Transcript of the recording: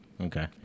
Okay